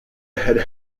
had